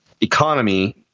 economy